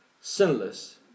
sinless